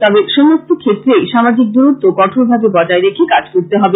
তবে সমস্ত ক্ষেত্রেই সামাজিক দূরত্ব কঠোরভাবে বজায় রেখে কাজ করতে হবে